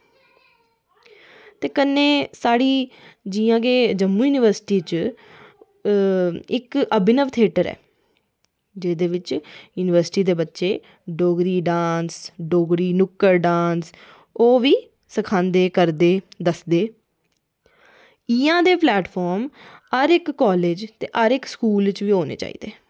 ते कन्नै जियां साढ़ी जम्मू यूनिवर्सिटी बिच इक्क अभिनव थेटर ऐ जेह्दे बिच यूनिवर्सिटी दे बच्चे डोगरी डांस डोगरी नुक्कड़ डांस ओह्बी सखांदे करदे दस्सदे इंया गै हर इक्क प्लेटफॉर्म हर इक्क स्कूल हर इक्क कॉलेज़ बिच बी होने चाहिदे